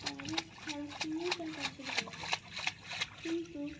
তা আরও খওয়ার সময় তার পাশে দাঁড়াবে কিন্তু